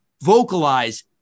vocalize